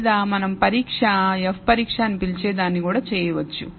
లేదా మనం పరీక్ష F పరీక్ష అని పిలిచేదాన్ని కూడా చేయవచ్చు